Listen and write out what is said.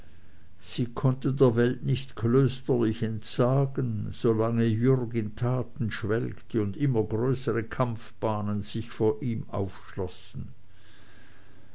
sie konnte der welt nicht klösterlich entsagen solange jürg in taten schwelgte und immer größere kampfbahnen sich vor ihm aufschlossen